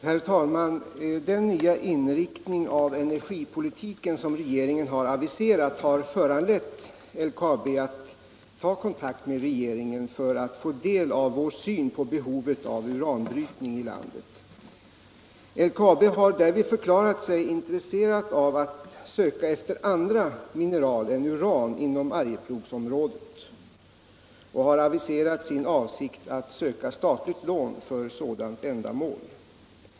Herr talman! Den nya inriktning av energipolitiken som regeringen Om planerna på aviserat har föranlett LKAB att ta kontakt med regeringen för att få — uranbrytning i del av vår syn på behovet av uranbrytning i landet. LKAB har därvid = Arjeplog förklarat sig intresserat av att söka efter andra mineral än uran inom Arjeplogsområdet och har meddelat sin avsikt att söka statligt lån för sådant ändamål.